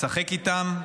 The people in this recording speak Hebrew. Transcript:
משחק איתם,